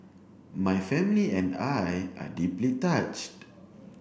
my family and I are deeply touched